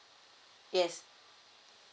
yes